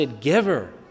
giver